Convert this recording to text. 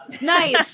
nice